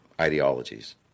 ideologies